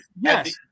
Yes